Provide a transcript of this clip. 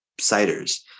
ciders